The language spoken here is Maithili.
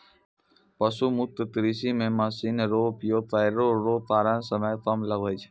पशु मुक्त कृषि मे मशीन रो उपयोग करै रो कारण समय कम लागै छै